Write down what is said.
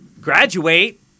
graduate